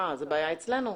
בעיה אצלנו.